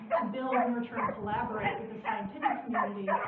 to build, nurture and collaborate with the scientific community,